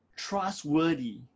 Trustworthy